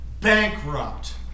bankrupt